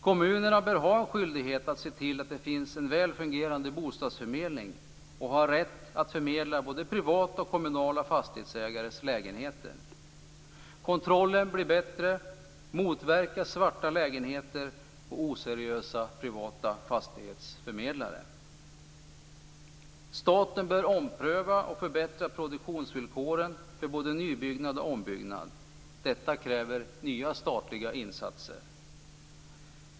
Kommunerna bör ha en skyldighet att se till att det finns en väl fungerande bostadsförmedling och ha rätt att förmedla både privata och kommunala fastighetsägares lägenheter. Kontrollen blir bättre och motverkar svarta lägenheter och oseriösa privata fastighetsförmedlare. Staten bör ompröva och förbättra produktionsvillkoren för både nybyggnad och ombyggnad. Detta kräver nya statliga insatser.